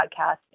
podcast